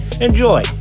enjoy